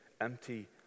empty